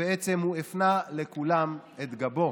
ובעצם הוא הפנה לכולם את גבו.